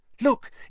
Look